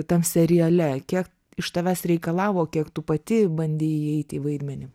tam seriale kiek iš tavęs reikalavo kiek tu pati bandei įeiti į vaidmenį